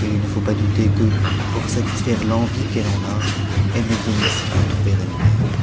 et il ne faut pas douter que pour satisfaire l'envie qu'elle en a elle ne vienne ici vous trouver elle-même